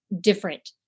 different